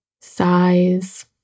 size